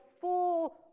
full